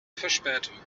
verspätung